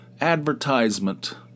advertisement